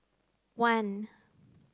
one